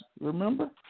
Remember